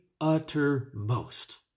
uttermost